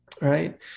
right